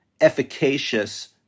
efficacious